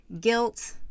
guilt